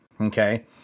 okay